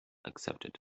accepted